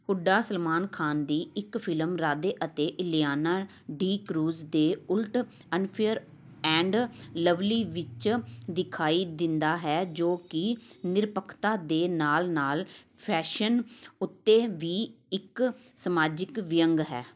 ਹੁੱਡਾ ਸਲਮਾਨ ਖਾਨ ਦੀ ਇੱਕ ਫਿਲਮ ਰਾਧੇ ਅਤੇ ਇਲਿਆਨਾ ਡੀਕਰੂਜ਼ ਦੇ ਉਲਟ ਅਨਫੇਅਰ ਐਂਡ ਲਵਲੀ ਵਿੱਚ ਦਿਖਾਈ ਦਿੰਦਾ ਹੈ ਜੋ ਕਿ ਨਿਰਪੱਖਤਾ ਦੇ ਨਾਲ ਨਾਲ ਫੈਸ਼ਨ ਉੱਤੇ ਵੀ ਇੱਕ ਸਮਾਜਿਕ ਵਿਅੰਗ ਹੈ